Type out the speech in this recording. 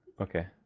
Okay